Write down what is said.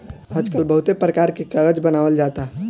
आजकल बहुते परकार के कागज बनावल जाता